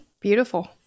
Beautiful